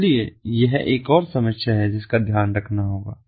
इसलिए यह एक और समस्या है जिसका ध्यान रखना होगा